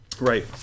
Right